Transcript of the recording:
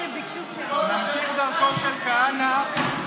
ממשיך דרכו של כהנא.